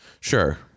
Sure